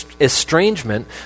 estrangement